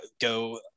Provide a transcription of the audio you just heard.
Go